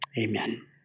Amen